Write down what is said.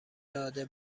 داده